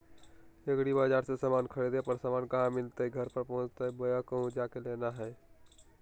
एग्रीबाजार से समान खरीदे पर समान कहा मिलतैय घर पर पहुँचतई बोया कहु जा के लेना है?